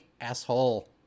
Asshole